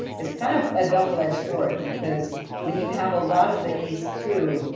it's kind of a double-edged sword because when you have a lot of the ace two,